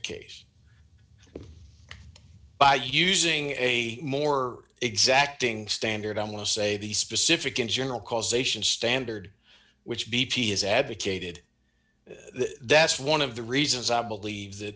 case by using a more exacting standard i want to say the specific and general causation standard which b p has advocated that's one of the reasons i believe that